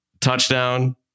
touchdown